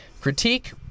Critique